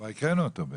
כבר הקראנו אותו.